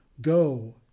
Go